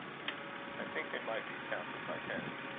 i think they might be counted by tens.